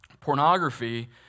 pornography